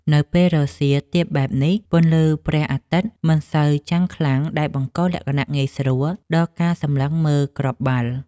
នៅពេលរសៀលទាបបែបនេះ ពន្លឺព្រះអាទិត្យមិនសូវចាំងខ្លាំង ដែលបង្កលក្ខណៈងាយស្រួលដល់ការសម្លឹងមើលគ្រាប់បាល់។